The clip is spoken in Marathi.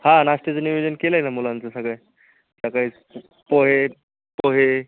हां नाष्ट्याचं नियोजन केलं आहे ना मुलांचं सगळ्या सकाळीच पोहे पोहे